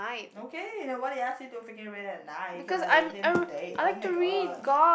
okay now what did I ask you to freaking wear that at night you can like wear in the day oh-my-god